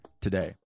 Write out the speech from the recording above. today